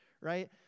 right